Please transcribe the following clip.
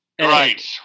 Right